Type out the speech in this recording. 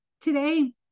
Today